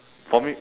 for me